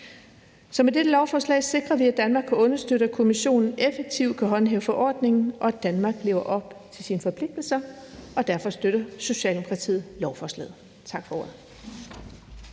Så med dette lovforslag sikrer vi, at Danmark understøtter, at Kommissionen effektivt kan håndhæve forordningen, og at Danmark lever op til sine forpligtelser, og derfor støtter Socialdemokratiet lovforslaget. Tak for ordet.